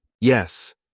Yes